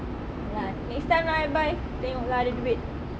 ah lah next time lah I buy tengok lah ada duit